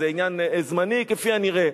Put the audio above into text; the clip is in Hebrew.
זה עניין זמני כפי הנראה.